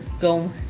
go